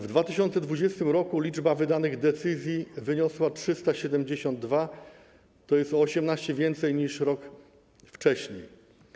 W 2020 r. liczba wydanych decyzji wyniosła 372, tj. o 18 więcej niż rok wcześniej.